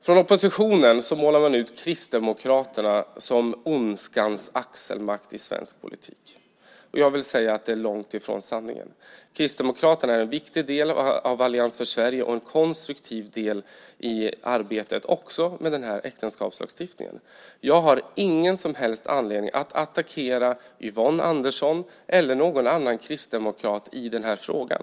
Från oppositionen målar man ut Kristdemokraterna som ondskans axelmakt i svensk politik. Jag vill säga att det är långt ifrån sanningen. Kristdemokraterna är en viktig del av Allians för Sverige och en konstruktiv del i arbetet med äktenskapslagstiftningen. Jag har ingen som helst anledning att attackera Yvonne Andersson eller någon annan kristdemokrat i den här frågan.